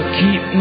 keep